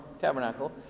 tabernacle